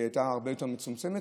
היא הייתה הרבה יותר מצומצמת,